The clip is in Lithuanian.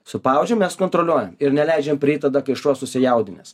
su pavadžiu mes kontroliuojam ir neleidžiam prieit tada kai šuo susijaudinęs